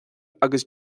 agus